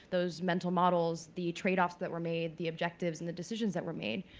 those mental models, the tradeoffs that were made, the objectives and the decisions that were made.